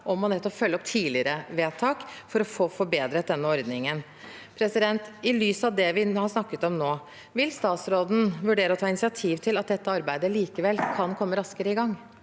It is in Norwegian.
å følge opp tidligere vedtak for å forbedre denne ordningen. I lys av det vi nå har snakket om, vil statsråden vurdere å ta initiativ til at dette arbeidet likevel kan komme raskere i gang?